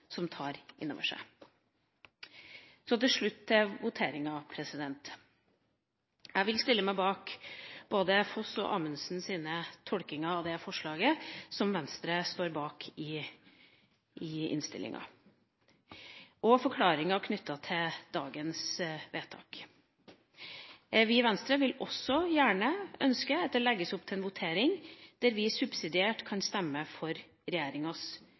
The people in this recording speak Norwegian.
som tar inn over seg. Så til slutt til voteringa. Jeg vil stille meg bak både Foss’ og Anundsens tolkninger av det forslaget som Venstre står bak i innstillinga, og forklaringa knyttet til dagens vedtak. Vi i Venstre ønsker også at det legges opp til en votering der vi subsidiært kan stemme for